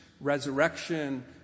resurrection